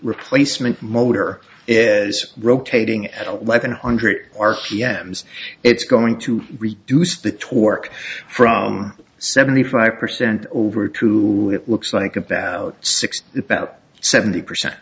replacement motor is rotating at eleven hundred r p m it's going to reduce the torque from seventy five percent over to it looks like about six about seventy percent